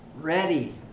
ready